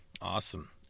Awesome